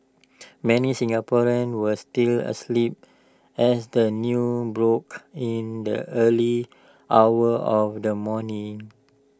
many Singaporeans were still asleep as the news broke in the early hours of the morning